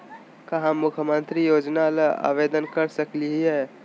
का हम मुख्यमंत्री योजना ला आवेदन कर सकली हई?